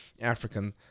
African